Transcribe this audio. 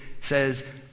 says